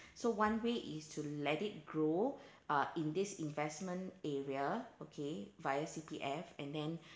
so one way is to let it grow uh in this investment area okay via C_P_F and then